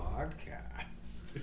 Podcast